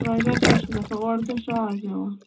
درٛوٚجَر کیٛاہ چھُ گژھان اورٕ کیٛاہ چھُ آز یِوان